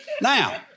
Now